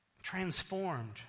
transformed